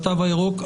התו הירוק.